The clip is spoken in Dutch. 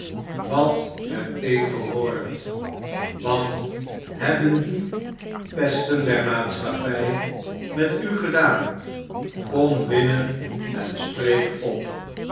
wat heb ik gehoord wat hebben die pesten der maatschappij met u gedaan kom binnen en spreek op